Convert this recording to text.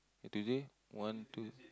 Tuesday one two